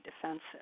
defensive